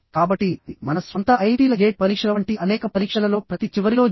కాబట్టి మన స్వంత ఐఐటీల గేట్ పరీక్షల వంటి అనేక పరీక్షలలో ప్రతి చివరిలో జె